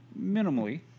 minimally